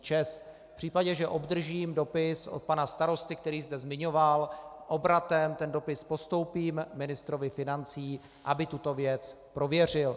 V případě, že obdržím dopis od pana starosty, který zde zmiňoval, obratem ten dopis postoupím ministru financí, aby tuto věc prověřil.